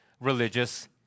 religious